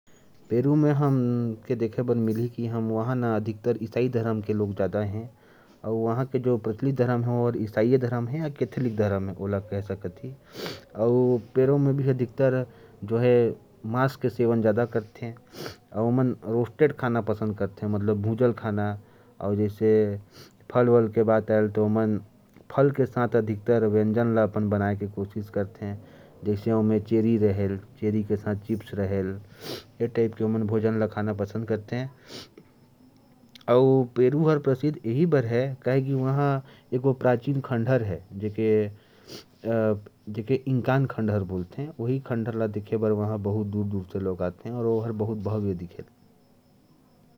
पेरू में ईसाई धर्म के लोग ज्यादा हैं, और यहां का प्रचलित धर्म ईसाई धर्म है। पेरू में अधिकांश लोग मांसाहारी चीजें खाना पसंद करते हैं। फल के साथ खाना बनाना भी पसंद करते हैं, जैसे चेरी, सेब के साथ। और वहां एक खंडहर है, जिसे इनकार खंडहर कहा जाता है, जो देखने के लिए बहुत लोग बाहर से आते हैं।